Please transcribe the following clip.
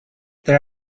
they